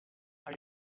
are